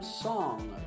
song